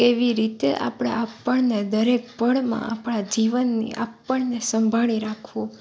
કેવી કેવી રીતે આપણે આપણને દરેક પળમાં આપણાં જીવનની આપણને સંભાળી રાખવું